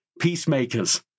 peacemakers